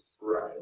Right